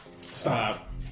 Stop